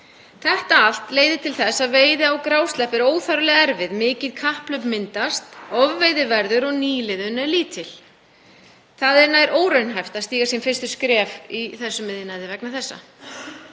Þetta allt leiðir til þess að veiði á grásleppu er óþarflega erfið. Mikið kapphlaup myndast, ofveiði verður og nýliðun er lítil. Það er nær óraunhæft að stíga sín fyrstu skref í þessum iðnaði vegna þessa.